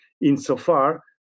insofar